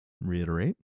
reiterate